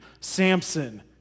Samson